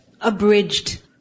abridged